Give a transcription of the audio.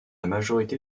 majorité